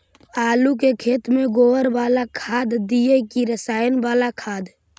आलू के खेत में गोबर बाला खाद दियै की रसायन बाला खाद?